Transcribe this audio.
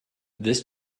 this